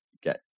get